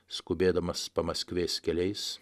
skubėdamas pamaskvės keliais